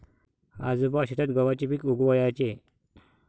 आजोबा शेतात गव्हाचे पीक उगवयाचे